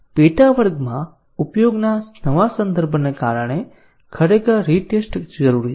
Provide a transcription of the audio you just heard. પેટા વર્ગમાં ઉપયોગના નવા સંદર્ભને કારણે ખરેખર રીટેસ્ટ જરૂરી છે